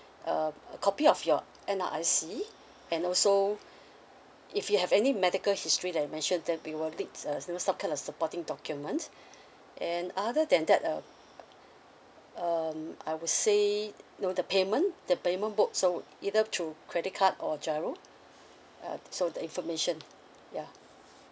um a copy of your N_R_I_C and also if you have any medical history that you mentioned then we will need uh some uh some kind of supporting documents and other than that uh um I would say you know the payment the payment mode so either through credit card or GIRO uh so the information ya